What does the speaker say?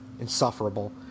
insufferable